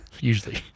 Usually